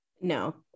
no